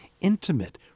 intimate